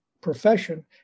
profession